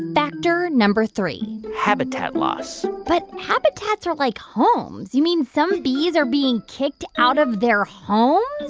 factor number three habitat loss but habitats are like homes. you mean some bees are being kicked out of their homes?